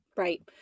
Right